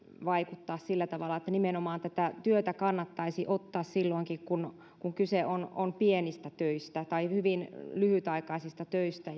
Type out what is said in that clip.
vaikuttaa sillä tavalla että nimenomaan työtä kannattaisi ottaa silloinkin kun kun kyse on on pienistä töistä tai hyvin lyhytaikaisista töistä